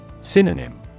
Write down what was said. Synonym